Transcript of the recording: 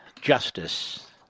justice